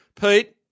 Pete